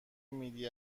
میدی